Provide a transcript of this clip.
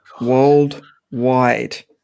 worldwide